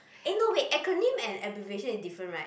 eh no wait acronym and abbreviation is different right